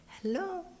Hello